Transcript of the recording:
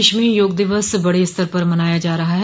प्रदेश में योग दिवस बड़े स्तर पर मनाया जा रहा है